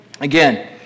again